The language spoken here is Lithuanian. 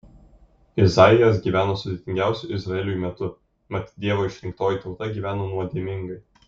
izaijas gyveno sudėtingiausiu izraeliui metu mat dievo išrinktoji tauta gyveno nuodėmingai